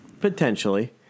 Potentially